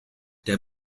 der